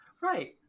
Right